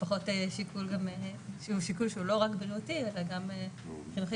שיקול שהוא לא רק בריאותי אלא גם חינוכי,